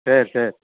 சரி சரி